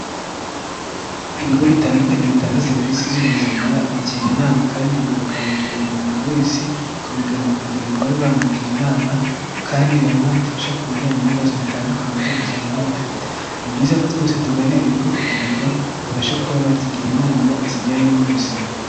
Ibigo bitandukanye bitanga serivisi z'ubuzima, bigira inama kandi bigakangurira buri muntu wese, kubigana kugira ngo babe bamugira inama kandi bamuha ubufasha ku bijyanye n'ibibazo bitandukanye by'ubuzima baba bafite, ni byiza ko twese tugana ibigo kugira ngo babashe kuba batugira inama zijyanye n'ubuzima.